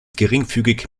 geringfügig